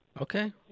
Okay